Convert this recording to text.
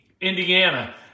Indiana